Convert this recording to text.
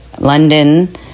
London